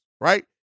right